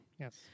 Yes